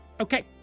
Okay